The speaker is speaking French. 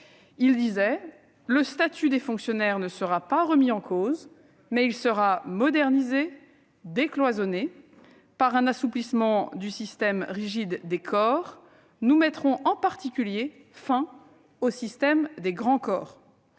pris :« Le statut des fonctionnaires ne sera pas remis en cause, mais il sera modernisé et décloisonné, par un assouplissement du système rigide des corps. Nous mettrons en particulier fin au système des grands corps ».